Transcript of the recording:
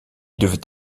devait